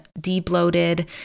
de-bloated